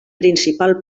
principal